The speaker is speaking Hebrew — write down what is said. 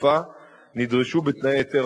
באמצעות הדרישה לקבל היתר